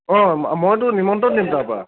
অঁ মইতো নিমন্ত্ৰণ দিম তাৰপৰা